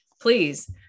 please